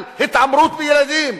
על התעמרות בילדים,